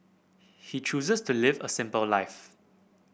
he chooses to live a simple life